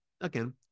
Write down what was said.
again